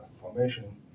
formation